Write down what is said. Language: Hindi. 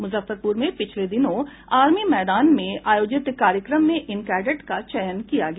मुजफ्फरपुर में पिछले दिनों आर्मी मैदान में आयोजित कार्यक्रम में इन कैडेट का चयन किया गया